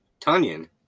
Tanyan